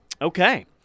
okay